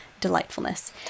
delightfulness